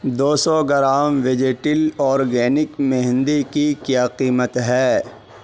دو سو gram vegetal organic mehndi کی کیا قیمت ہے